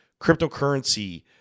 cryptocurrency